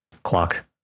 clock